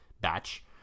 batch